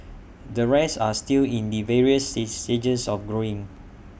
the rest are still in the various see stages of growing